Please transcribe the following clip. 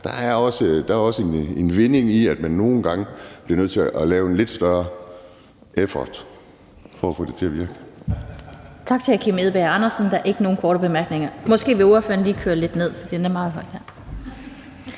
Der er også en vinding i, at man nogle gange bliver nødt til lave en lidt større effort for at få det til at virke.